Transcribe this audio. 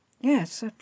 Yes